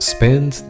Spend